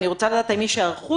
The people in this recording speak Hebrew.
אני רוצה לדעת האם יש כבר היערכות.